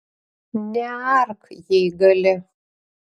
neark jei gali